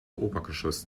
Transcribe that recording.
obergeschoss